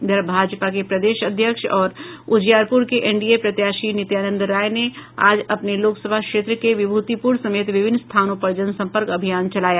इधर भाजपा के प्रदेश अध्यक्ष और उजियारपुर के एनडीए प्रत्याशी नित्यानंद राय ने आज अपने लोकसभा क्षेत्र के विभूतिपुर समेत विभिन्न स्थानों पर जनसंपर्क अभियान चलाया